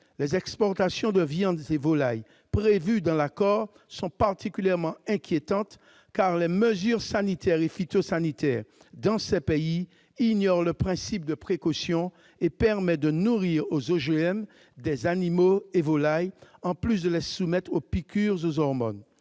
les exportations de viandes et de volailles prévues dans l'accord sont particulièrement inquiétantes, car les mesures sanitaires et phytosanitaires dans ces pays ignorent le principe de précaution et permettent de nourrir avec des OGM les animaux et les volailles, en plus de les soumettre aux piqûres aux hormones